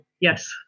yes